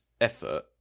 effort